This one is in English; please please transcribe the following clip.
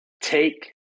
Take